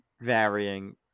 varying